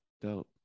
Dope